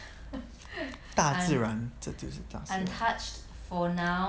大自然这就是大自然